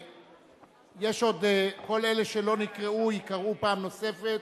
כל אלה שלא נקראו ייקראו פעם נוספת,